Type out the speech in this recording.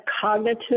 cognitive